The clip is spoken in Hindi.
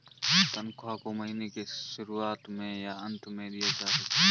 तन्ख्वाह को महीने के शुरुआत में या अन्त में दिया जा सकता है